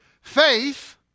faith